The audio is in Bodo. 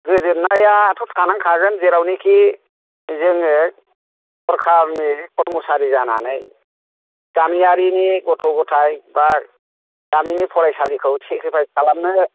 गोजोननायाथ' थानांखागोन जेरावनिखि जोङो सरकारनि कर्मसारि जानानै गामियारिनि गथ' ग'थाय बा गामिनि फरायसालिखौ सेक्रिफाइस खालामनो